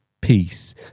peace